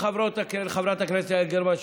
לחברת הכנסת יעל גרמן,